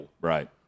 Right